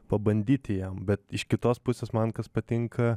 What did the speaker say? pabandyti jam bet iš kitos pusės man kas patinka